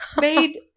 made